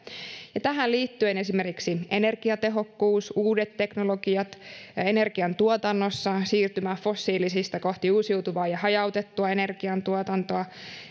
tähän liittyen esimerkiksi energiatehokkuus uudet teknologiat ja energiantuotannossa siirtymä fossiilisista kohti uusiutuvaa ja hajautettua energiantuotantoa